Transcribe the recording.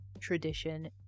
tradition